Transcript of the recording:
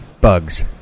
bugs